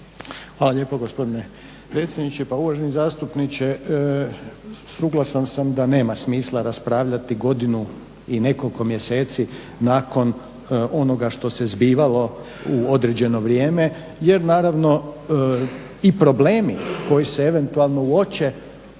Hvala lijepo gospodine predsjedniče. Pa uvaženi zastupniče suglasan sam da nema smisla raspravljati godinu i nekoliko mjeseci nakon onoga što se zbivalo u određeno vrijeme jer naravno i problemi koji se eventualno uoče